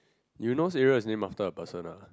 Eunos area is named after a person ah